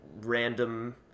random